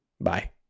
Bye